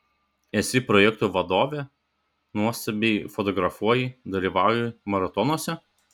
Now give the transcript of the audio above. esi projektų vadovė nuostabiai fotografuoji dalyvauji maratonuose